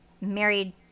married